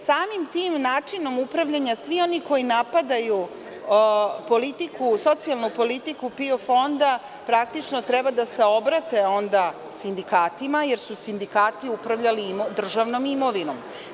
Samim tim načinom upravljanja, svi oni koji napadaju socijalnu politiku PIO fonda treba da se obrate sindikatima, jer su sindikati upravljali državnom imovinom.